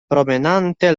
promenante